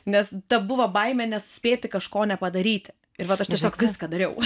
nes ta buvo baimė nesuspėti kažko nepadaryti ir vat aš tiesiog viską dariau